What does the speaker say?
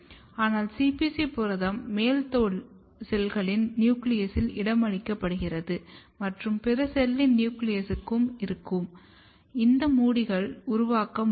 ஆனால் CPC புரதம் மேல்தோல் செல்களின் நியூக்ளியஸில் இடமளிக்கப்படுகிறது மற்றும் பிற செல்லின் நியூக்ளியஸிலும் இருக்கும் இது முடிகளை உருவாக்க முடியும்